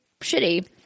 shitty